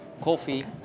Coffee